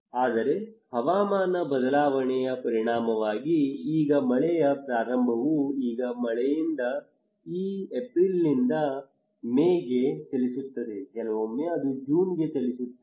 ಆದರೆ ಹವಾಮಾನ ಬದಲಾವಣೆಯ ಪರಿಣಾಮವಾಗಿ ಈಗ ಮಳೆಯ ಪ್ರಾರಂಭವು ಈಗ ಮಳೆಯಿಂದ ಈಗ ಏಪ್ರಿಲ್ನಿಂದ ಮೇಗೆ ಚಲಿಸುತ್ತದೆ ಕೆಲವೊಮ್ಮೆ ಅದು ಜೂನ್ಗೆ ಚಲಿಸುತ್ತದೆ